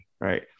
Right